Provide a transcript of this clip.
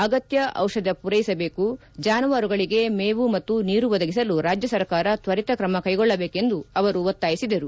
ಅಗತ್ಯ ದಿಷಧ ಪೂರೈಸಬೇಕು ಜಾನುವಾರುಗಳಿಗೆ ಮೇವು ಮತ್ತು ನೀರು ಒದಗಿಸಲು ರಾಜ್ಯ ಸರ್ಕಾರ ತ್ವರಿತ ಕ್ರಮ ಕೈಗೊಳ್ಟಬೇಕೆಂದು ಅವರು ಒತ್ತಾಯಿಸಿದರು